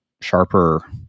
sharper